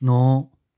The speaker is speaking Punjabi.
ਨੌਂ